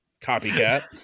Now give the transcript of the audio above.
copycat